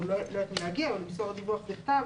או למסור דיווח בכתב,